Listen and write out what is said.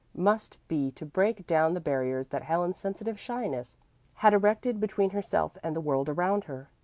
must be to break down the barriers that helen's sensitive shyness had erected between herself and the world around her.